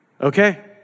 Okay